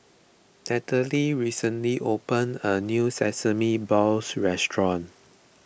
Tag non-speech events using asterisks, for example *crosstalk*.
*unintelligible* recently opened a new Sesame Balls restaurant